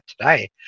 today